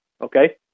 Okay